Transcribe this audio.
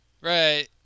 right